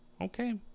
Okay